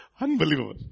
Unbelievable